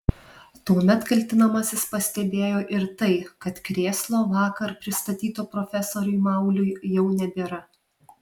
tuomet kaltinamasis pastebėjo ir tai kad krėslo vakar pristatyto profesoriui mauliui jau nebėra